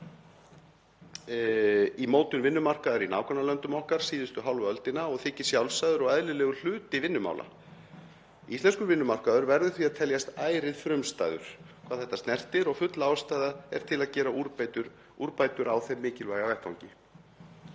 í mótun vinnumarkaðar í nágrannalöndum okkar síðustu hálfa öldina og þykir sjálfsagður og eðlilegur hluti vinnumála. Íslenskur vinnumarkaður verður því að teljast ærið frumstæður hvað þetta snertir og full ástæða er til að gera úrbætur á þeim mikilvæga vettvangi.